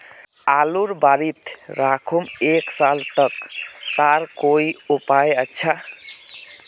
आलूर बारित राखुम एक साल तक तार कोई उपाय अच्छा?